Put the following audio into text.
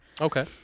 Okay